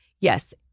Yes